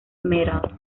metal